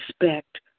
respect